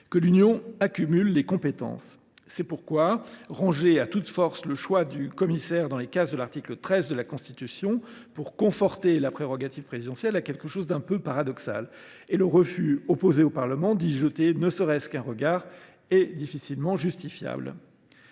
que l’Union accumule les compétences. C’est pourquoi ranger à toute force le choix du commissaire dans les cases de l’article 13 de la Constitution pour conforter la prérogative présidentielle a quelque chose d’un peu paradoxal. Le refus opposé au Parlement de jeter ne serait ce qu’un regard sur ce choix est difficilement justifiable.